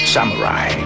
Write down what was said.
Samurai